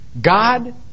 god